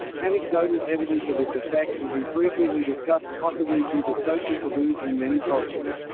anecdotal evidence of its effects is infrequently discussed, possibly due to social taboos in many cultures.